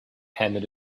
handed